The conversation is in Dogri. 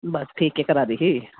बस केह् करा दी ही